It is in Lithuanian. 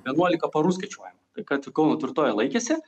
vienuolika parų skaičiuojama kad kauno tvirtovė laikėsi